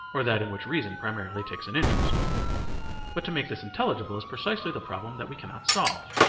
or that in which reason primarily takes an interest but to make this intelligible is precisely the problem that we cannot solve.